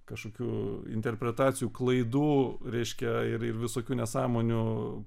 kažkokių interpretacijų klaidų reiškia ir ir visokių nesąmonių